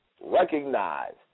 Recognize